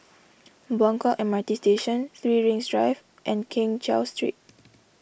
Buangkok M R T Station three Rings Drive and Keng Cheow Street